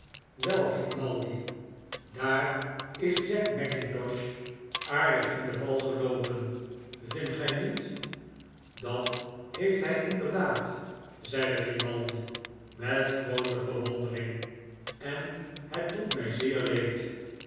wel grimaldi daar is jack mackintosh dickens josef grimaldi jozef grimaldi aardig in de val geloopen vindt gij niet dat heeft hi inderdaad zeide grimaldi met groote verwondering en hetdoet mij zeer leed